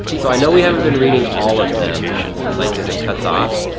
so i know we haven't been reading all of them like cause it cuts off,